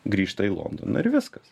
grįžta į londoną ir viskas